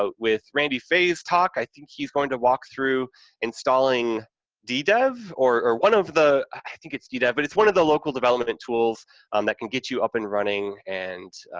ah with randy fay's talk, i think he's going to walk through installing d dev or one of the, i think it's d dev, but it's one of the local development tools um that can get you up and running and,